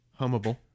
Hummable